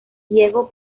diego